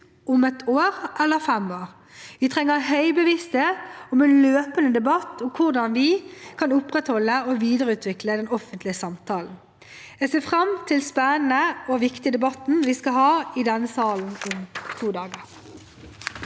om ett eller fem år. Vi trenger høy bevissthet og en løpende debatt om hvordan vi kan opprettholde og videreutvikle den offentlige samtalen. Jeg ser fram til den spennende og viktige debatten vi skal ha i denne salen om to dager.